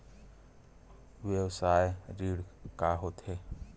व्यवसाय ऋण का होथे?